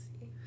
see